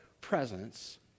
presence